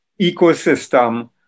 ecosystem